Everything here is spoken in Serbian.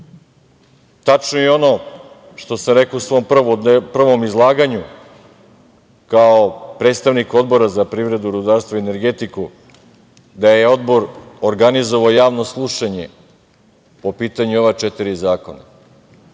je i ono što sam rekao u svom prvom izlaganju, kao predstavnik Odbora za privredu, rudarstvo i energetiku da je Odbor organizovao javno slušanje po pitanju ova četiri zakona,